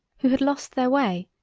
who had lossed their way,